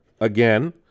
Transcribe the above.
again